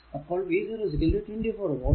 അപ്പോൾ v0 24 volt